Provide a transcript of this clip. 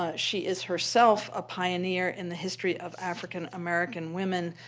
ah she is herself a pioneer in the history of african american women,